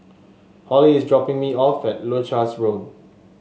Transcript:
Hollie is dropping me off at Leuchars Road